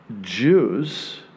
Jews